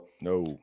no